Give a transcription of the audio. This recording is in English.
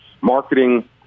marketing